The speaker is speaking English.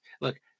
look